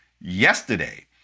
yesterday